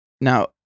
Now